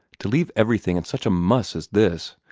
to leave everything in such a muss as this.